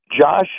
Josh